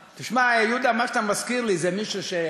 תשמע, יהודה, אתה מזכיר לי זה בדיחה.